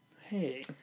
Hey